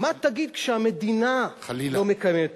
מה תגיד כשהמדינה לא מקיימת פסק-דין?